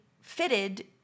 fitted